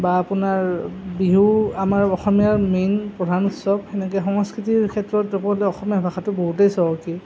বা আপোনাৰ বিহু আমাৰ অসমীয়াৰ মেইন প্ৰধান উৎসৱ সেনেকৈ সংস্কৃতিৰ ক্ষেত্ৰত ক'ব গ'লে অসমীয়া ভাষাটো বহুতেই চহকী